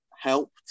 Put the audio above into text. helped